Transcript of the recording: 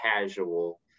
casual